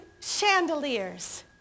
chandeliers